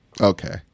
Okay